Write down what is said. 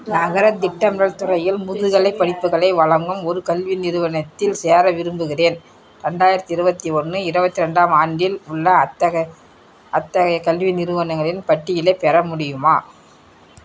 நகரத் திட்டமிடல் துறையில் முதுகலைப் படிப்புகளை வழங்கும் ஒரு கல்வி நிறுவனத்தில் சேர விரும்புகிறேன் ரெண்டாயிரத்தி இருபத்தி ஒன்று இருபத்தி ரெண்டாம் ஆண்டில் உள்ள அத்தகைய அத்தகைய கல்வி நிறுவனங்களின் பட்டியலைப் பெற முடியுமா